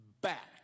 back